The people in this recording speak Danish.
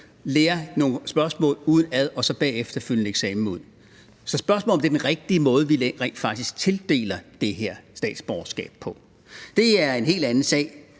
på nogle spørgsmål udenad og så bagefter gå til eksamen. Så spørgsmålet er, om det er den rigtige måde, vi rent faktisk tildeler det her statsborgerskab på. Det er en helt anden sag.